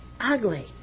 ugly